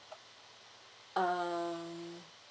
um